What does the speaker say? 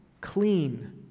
clean